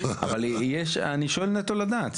אבל אני שואל נטו לדעת.